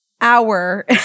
hour